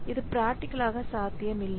இது பிராக்ட்டிகளி சாத்தியம் இல்லை